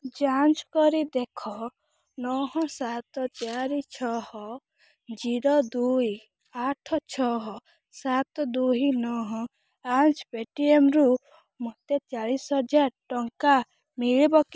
ଯାଞ୍ଚ କରି ଦେଖ ନଅ ସାତ ଚାରି ଛଅ ଜିରୋ ଦୁଇ ଆଠ ଛଅ ସାତ ଦୁଇ ନଅ ଆଯ ପେଟିଏମରୁ ମୋତେ ଚାଳିଶ ହଜାର ଟଙ୍କା ମିଳିଲା କି